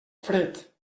fred